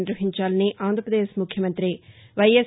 నిర్వహించాలని ఆంధ్రపదేశ్ ముఖ్యమంతి వైఎస్